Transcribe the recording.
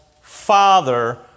Father